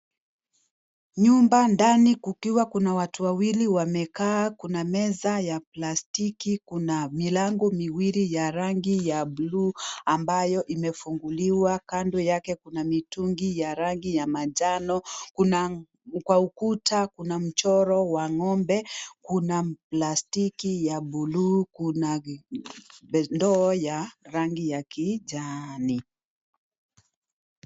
Nyumba ndani kukiwa kuna watu wawili wamekaa, kuna meza ya plastiki ,kuna milango miwili ya rangi ya bluu ambayo imefunguliwa. Kando yake kuna mitungi ya rangi ya manjano, kwa ukuta kuna mchoro wa ngombe, kuna plastiki ya bluu, kuna ndoo ya rangi ya kijani.